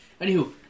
Anywho